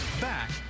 back